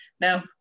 Now